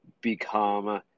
become